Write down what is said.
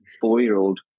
four-year-old